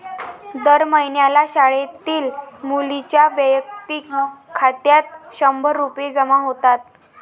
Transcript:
दर महिन्याला शाळेतील मुलींच्या वैयक्तिक खात्यात शंभर रुपये जमा होतात